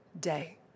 day